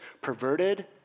perverted